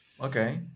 Okay